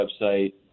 website